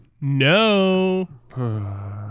no